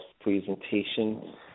presentation